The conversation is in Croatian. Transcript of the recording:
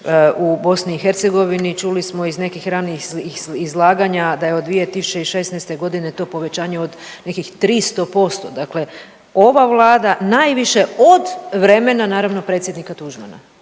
u BiH. Čuli smo iz nekih ranijih izlaganja da je od 2016. godine to povećanje od nekih 300%, dakle ova vlada najviše od vremena naravno predsjednika Tuđmana,